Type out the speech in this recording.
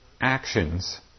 actions